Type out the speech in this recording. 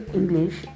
English